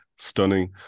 stunning